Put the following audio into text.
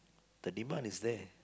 the demand is there